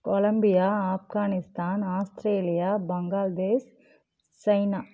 Colombia Afghanistan Australia Bangladesh China